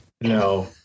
No